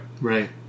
right